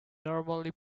normally